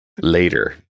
later